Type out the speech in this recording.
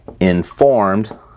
informed